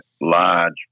large